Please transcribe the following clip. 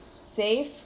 safe